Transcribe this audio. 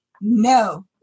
no